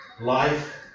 life